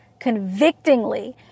convictingly